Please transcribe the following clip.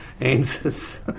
answers